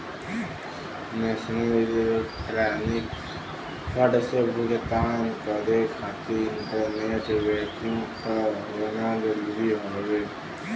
national electronics fund से भुगतान करे खातिर इंटरनेट बैंकिंग क होना जरुरी हउवे